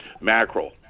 mackerel